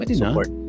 support